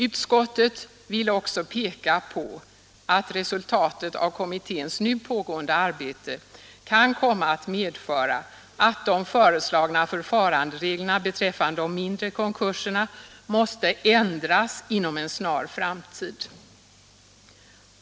Utskottet vill också peka på att resultatet av kommitténs nu pågående arbete kan komma att medföra att de föreslagna förfarandereglerna beträffande de mindre konkurserna måste ändras inom en snar framtid.